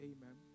Amen